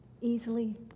easily